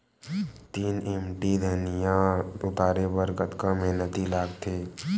तीन एम.टी धनिया उतारे बर कतका मेहनती लागथे?